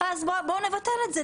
אז בואו נבטל את זה,